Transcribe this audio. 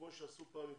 כמו שעשו פעם,